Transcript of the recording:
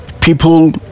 people